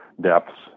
depths